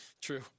True